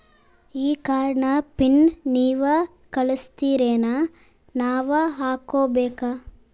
ಈ ಕಾರ್ಡ್ ನ ಪಿನ್ ನೀವ ಕಳಸ್ತಿರೇನ ನಾವಾ ಹಾಕ್ಕೊ ಬೇಕು?